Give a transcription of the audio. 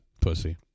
pussy